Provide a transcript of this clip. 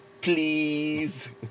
Please